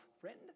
friend